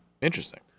Interesting